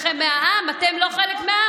טוב.